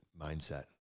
mindset